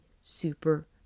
super